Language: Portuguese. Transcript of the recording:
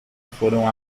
foram